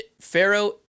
pharaoh